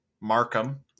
Markham